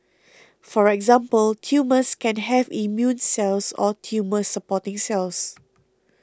for example tumours can have immune cells or tumour supporting cells